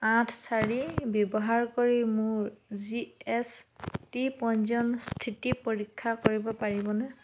আঠ চাৰি ব্যৱহাৰ কৰি মোৰ জি এছ টি পঞ্জীয়নৰ স্থিতি পৰীক্ষা কৰিব পাৰিবনে